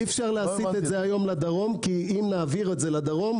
אי אפשר להסיט את זה היום לדרום כי אם נעביר את זה לדרום,